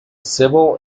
civil